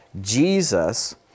Jesus